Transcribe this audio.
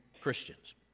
Christians